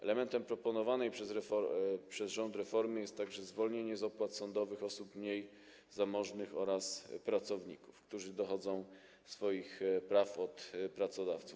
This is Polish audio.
Elementem proponowanej przez rząd reformy jest także zwolnienie z opłat sądowych osób mniej zamożnych oraz pracowników, którzy dochodzą swoich praw od pracodawców.